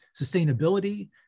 sustainability